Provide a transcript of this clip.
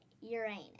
Uranus